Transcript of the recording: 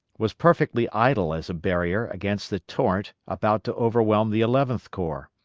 was perfectly idle as a barrier against the torrent about to overwhelm the eleventh corps.